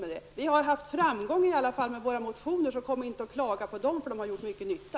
Vi har i alla fall haft framgång med våra motioner, så klaga därför inte på dem, eftersom de har gjort mycket nytta.